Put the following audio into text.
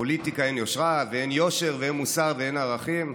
בפוליטיקה אין יושרה ואין יושר ואין מוסר ואין ערכים.